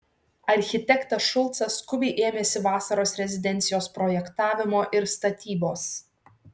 architektas šulcas skubiai ėmėsi vasaros rezidencijos projektavimo ir statybos